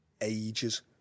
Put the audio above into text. ages